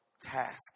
task